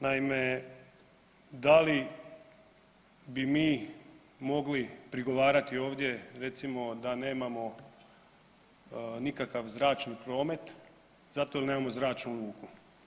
Naime, da li bi mi mogli prigovarati ovdje recimo da nemamo nikakav zračni promet zato jel nemamo zračnu luku?